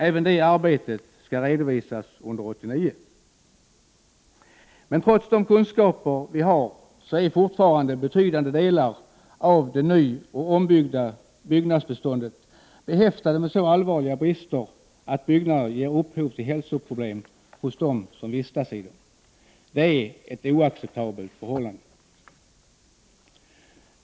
Även det arbetet skall redovisas under 1989. Trots de kunskaper vi har är fortfarande betydande delar av det nyoch ombyggda byggnadsbeståndet behäftade med så allvarliga brister att byggnaderna ger upphov till hälsoproblem hos de människor som vistas i dem. Det är ett oacceptabelt förhållande.